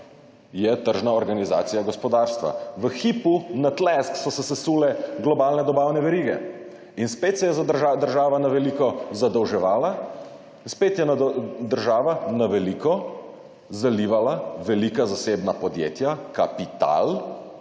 je tržna organizacija gospodarstva. V hipu, na tlesk, so se sesule globalne dobavne verige in spet se je država na veliko zadolževala in spet je država, na veliko, zalivala velika zasebna podjetja, kapital,